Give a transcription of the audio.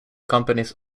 companies